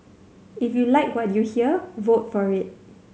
if you like what you hear vote for it